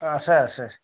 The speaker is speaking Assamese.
অঁ আছে আছে